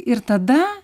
ir tada